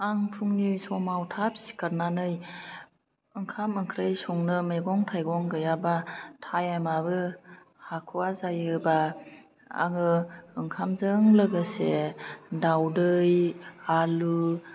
आं फुंनि समाव थाब सिखारनानै ओंखाम ओंख्रि संनो मैगं थाइगं गैयाबा टाइमाबो हाखवा जायोबा आङो ओंखामजों लोगोसे दावदै आलु